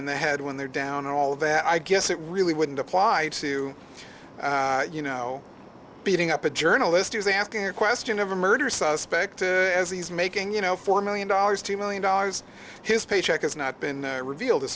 in the head when they're down and all that i guess it really wouldn't apply to you know beating up a journalist who's asking a question of a murder suspect as he's making you know four million dollars two million dollars his paycheck has not been revealed as